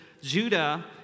Judah